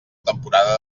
temporada